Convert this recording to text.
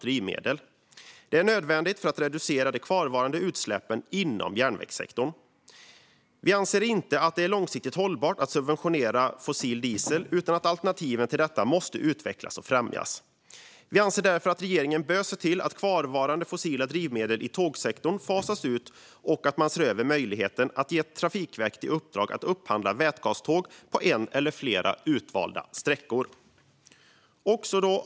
Detta är nödvändigt för att reducera de kvarvarande utsläppen inom järnvägssektorn. Vi anser inte att det är långsiktigt hållbart att subventionera fossil diesel, utan alternativen till detta måste utvecklas och främjas. Vi anser därför att regeringen bör se till att kvarvarande fossila drivmedel i tågsektorn fasas ut och att man ser över möjligheten att ge Trafikverket i uppdrag att upphandla vätgaståg på en eller flera utvalda sträckor. Fru talman!